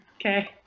Okay